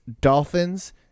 Dolphins